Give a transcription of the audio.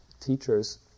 teachers